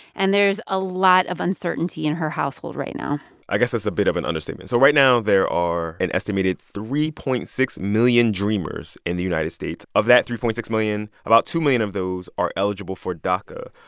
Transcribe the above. and there's a lot of uncertainty in her household right now i guess that's a bit of an understatement. so right now, there are an estimated three point six million dreamers in the united states. of that three point six million, about two million of those are eligible for daca.